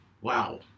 wow